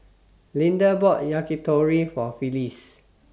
Linda bought Yakitori For Phyllis